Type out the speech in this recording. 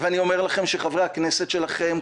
אני אומר לכם שחברי הכנסת שלכם,